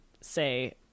say